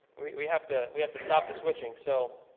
we we have to we have to stop the switching so